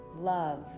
love